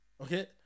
Okay